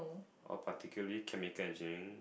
or particularly chemical engineering